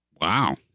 Wow